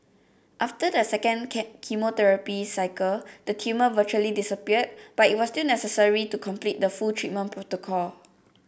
after the second chemotherapy cycle the tumour virtually disappeared but it was still necessary to complete the full treatment protocol